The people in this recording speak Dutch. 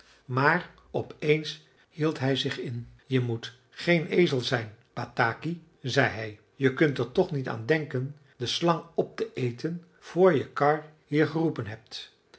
maar op eens hield hij zich in je moet geen ezel zijn bataki zei hij je kunt er toch niet aan denken de slang op te eten voor je karr hier geroepen hebt